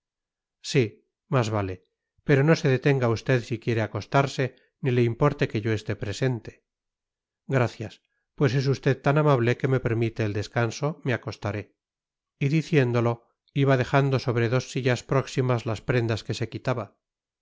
sí más vale pero no se detenga usted si quiere acostarse ni le importe que yo esté presente gracias pues es usted tan amable que me permite el descanso me acostaré y diciéndolo iba dejando sobre dos sillas próximas las prendas que se quitaba